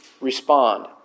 respond